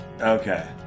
Okay